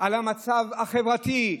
על המצב החברתי,